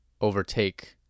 overtake